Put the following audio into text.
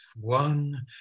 One